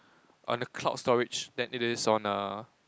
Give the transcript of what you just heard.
on the cloud storage than it is on the